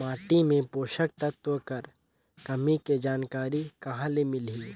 माटी मे पोषक तत्व कर कमी के जानकारी कहां ले मिलही?